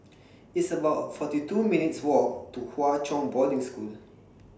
It's about forty two minutes' Walk to Hwa Chong Boarding School